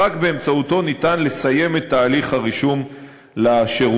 ורק באמצעותו ניתן לסיים את תהליך הרישום לשירות.